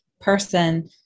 person